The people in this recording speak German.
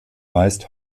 meist